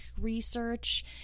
research